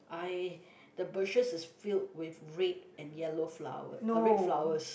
I the bushes is filled with red and yellow flower uh red flowers